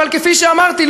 אבל כפי שאמרתי,